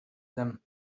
them